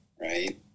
right